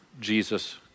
Jesus